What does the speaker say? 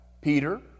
Peter